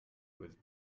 with